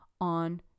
on